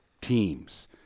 teams